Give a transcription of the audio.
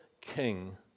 king